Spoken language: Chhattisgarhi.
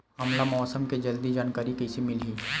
हमला मौसम के जल्दी जानकारी कइसे मिलही?